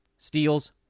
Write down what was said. Steals